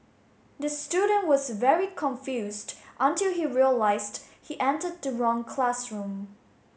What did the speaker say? the student was very confused until he realised he entered the wrong classroom